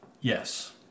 yes